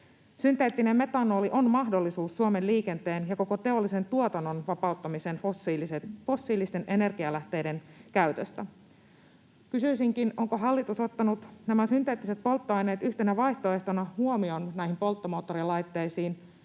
Synteettinen metanoli on mahdollisuus Suomen liikenteen ja koko teollisen tuotannon vapauttamiseen fossiilisten energialähteiden käytöstä. Kysyisinkin: onko hallitus ottanut nämä synteettiset polttoaineet yhtenä vaihtoehtona huomioon näihin polttomoottorilaitteisiin,